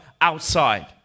outside